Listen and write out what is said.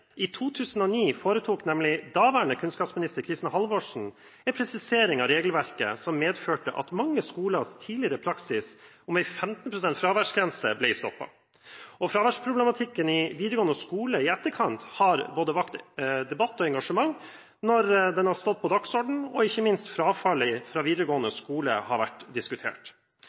I 2009 foretok nemlig daværende kunnskapsminister, Kristin Halvorsen, en presisering av regelverket som medførte at mange skolers tidligere praksis med en 15 pst. fraværsgrense ble stoppet. Fraværsproblematikken i videregående skole i etterkant har vakt debatt og engasjement når den har stått på dagsordenen, og ikke minst frafallet fra videregående skole har vært diskutert.